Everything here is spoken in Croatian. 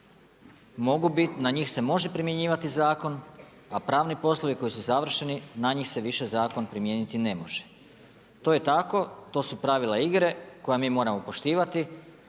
mogu bit, na njih se može primjenjivati zakon a pravni poslovi koji su završeni na njih se više zakon primijeniti ne može. To je tako, to su pravila igre koja mi moramo poštivati.